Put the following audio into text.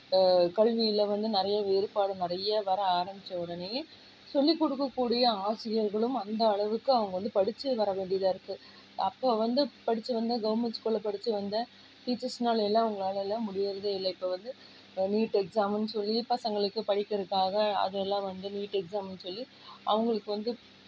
கல்வியில் வந்து நிறைய வேறுபாடு நிறைய வர ஆரம்பித்த உடனேயே சொல்லிக் கொடுக்கக்கூடிய ஆசிரியர்களும் அந்த அளவுக்கு அவங்க வந்து படித்து வர வேண்டியதாக இருக்குது அப்போ வந்து படித்து வந்த கவர்மெண்ட் ஸ்கூலில் படித்து வந்த டீச்சர்ஸ்னாலே எல்லாம் அவுங்களால எல்லாம் முடியறதே இல்லை இப்போ வந்து நீட்டு எக்ஸாமுன்னு சொல்லி பசங்களுக்கு படிக்கிறக்காக அதெல்லாம் வந்து நீட் எக்ஸாம்னு சொல்லி அவங்களுக்கு வந்து